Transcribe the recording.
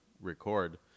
record